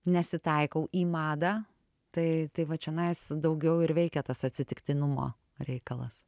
nesitaikau į madą tai tai va čionais daugiau ir veikia tas atsitiktinumo reikalas